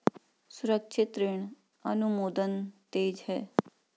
सुरक्षित ऋण अनुमोदन तेज है